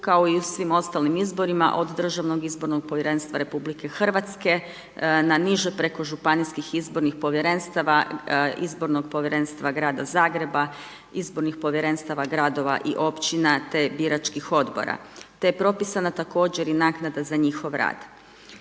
kao i u svim ostalim izborima od DIP-a RH na niže preko županijskih izbornih povjerenstava, Izbornog povjerenstva grada Zagreba, izbornih povjerenstava gradova i općina te biračkih odbora te je propisana također i naknada za njih rad.